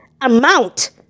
amount